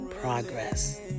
progress